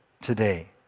today